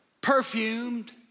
perfumed